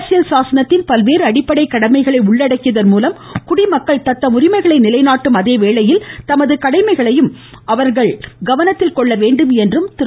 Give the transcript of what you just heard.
அரசியல் சாசனத்தில் பல்வேறு அடிப்படை கடமைகளை உள்ளடக்கியதன் மூலம் குடிமக்கள் தத்தம் உரிமைகளை நிலைநாட்டும் அதேவேளையில் தமது கடமைகளையும் அவரது கவனத்தில் கொள்ளவேண்டும் எனவும் திரு